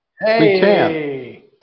Hey